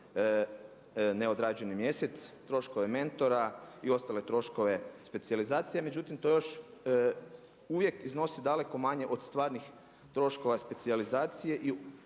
neodrađeni mjesec, troškove mentora i ostale troškove specijalizacije. Međutim, to još uvijek iznosi daleko manje od stvarnih troškova specijalizacije